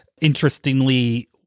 interestingly